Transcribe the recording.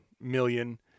million